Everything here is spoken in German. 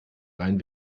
rein